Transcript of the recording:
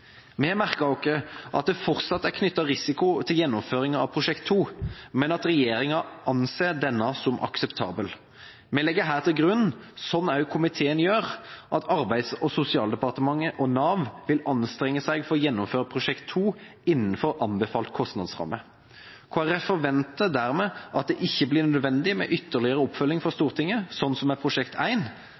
Vi har merket oss at det fortsatt er knyttet risiko til gjennomføringen av Prosjekt 2, men at regjeringa anser denne som akseptabel. Vi legger her til grunn, slik også komiteen gjør, at Arbeids- og sosialdepartementet og Nav vil anstrenge seg for å gjennomføre Prosjekt 2 innenfor anbefalt kostnadsramme. Kristelig Folkeparti forventer dermed at det ikke blir nødvendig med ytterligere oppfølging fra Stortinget, slik som med Prosjekt